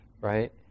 Right